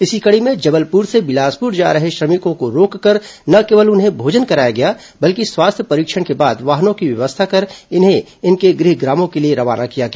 इसी कड़ी में जबलपुर से बिलासपुर जा रहे श्रमिकों को रोककर न केवल उन्हें भोजन कराया गया बल्कि स्वास्थ्य परीक्षण के बाद वाहनों की व्यवस्था कर इन्हें इनके गृह ग्रामों के लिए रवाना किया गया